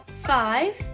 Five